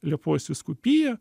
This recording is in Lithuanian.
liepojos vyskupija